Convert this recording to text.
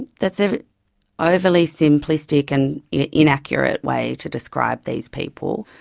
that's an overly simplistic and inaccurate way to describe these people.